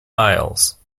isles